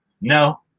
No